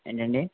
ఏంటండి